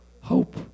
hope